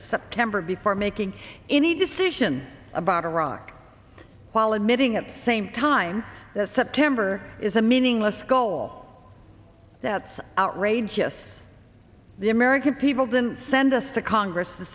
september before making any decision about iraq while admitting at the same time that september is a meaningless goal that's outrageous the american people didn't send us to congress to